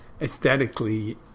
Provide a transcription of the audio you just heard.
aesthetically